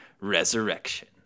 resurrection